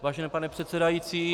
Vážený pane předsedající